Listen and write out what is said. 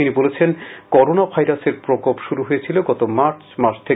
তিনি বলেন করোনা ভাইরাসের প্রকোপ শুরু হয়েছিল গত মার্চ মাস থেকে